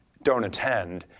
don't attend,